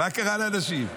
מה קרה לאנשים?